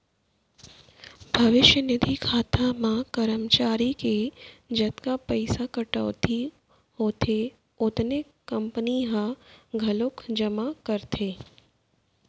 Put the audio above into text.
भविस्य निधि खाता म करमचारी के जतका पइसा कटउती होथे ओतने कंपनी ह घलोक जमा करथे